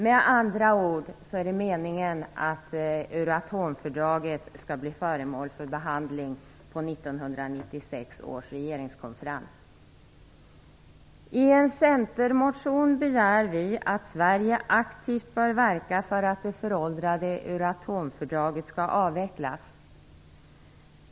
Meningen är med andra ord att Euratomfördraget skall bli föremål för behandling på 1996 års regeringskonferens. I en centermotion begär vi att Sverige aktivt skall verka för att det föråldrade Euratomfördraget skall avvecklas.